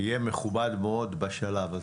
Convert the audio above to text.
יהיה מכובד מאוד בשלב הזה,